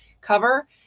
cover